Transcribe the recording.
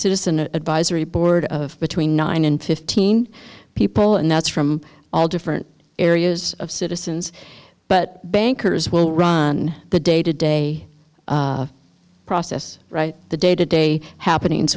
citizen an advisory board of between nine and fifteen people and that's from all different areas of citizens but bankers will run the day to day process the day to day happenings